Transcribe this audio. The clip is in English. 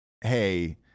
hey